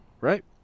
Right